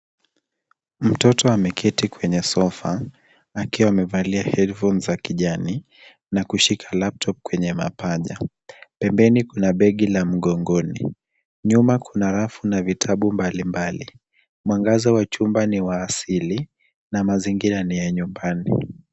Mtoto ameketi kwenye sofa , akiwa amevalia headphones za kijani na kushika laptop kwenye mapaja. Pembeni kuna begi la mgongoni. Nyuma kuna rafu na vitabu mbalimbali. Mwangaza wa chumba ni wa asili na mazingira ni ya nyumbani.